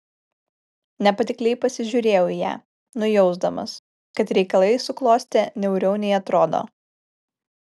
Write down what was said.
nepatikliai pasižiūrėjau į ją nujausdamas kad reikalai suklostė niauriau nei atrodo